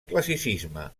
classicisme